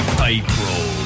April